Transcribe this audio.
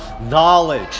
Knowledge